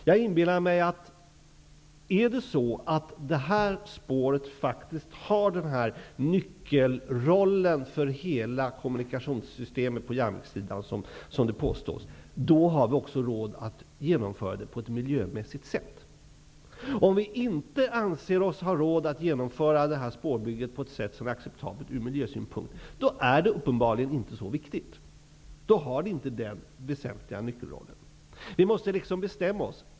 Jag inbillar mig att om detta spår faktiskt har denna nyckelroll för hela kommunikationssystemet på järnvägssidan som det påstås, då har vi också råd att genomföra det på ett miljömässigt sätt. Om vi inte anser oss ha råd att genomföra detta spårbygge på ett sätt som är acceptabelt ur miljösynpunkt, då är det uppenbarligen inte så viktigt. Då har det inte denna väsentliga nyckelroll. Man måste alltså bestämma sig.